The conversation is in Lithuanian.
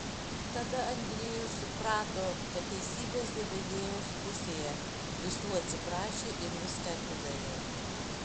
tada andriejus suprato kad teisybė zebediejaus pusėje visų atsiprašė ir viską atidavė